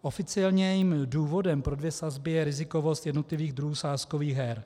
Oficiálním důvodem pro dvě sazby je rizikovost jednotlivých druhů sázkových her.